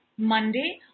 Monday